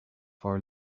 for